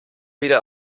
wieder